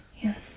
Yes